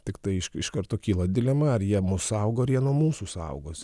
tiktai iš iš karto kyla dilema ar jie mus saugo ar jie nuo mūsų saugosi